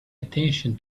attention